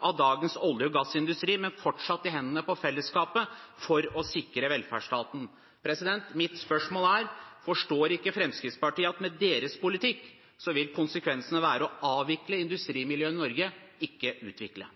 av dagens olje- og gassindustri, men fortsatt i hendene på fellesskapet for å sikre velferdsstaten. Mitt spørsmål er: Forstår ikke Fremskrittspartiet at med deres politikk vil konsekvensene være å avvikle industrimiljøene i Norge, ikke utvikle?